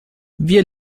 wir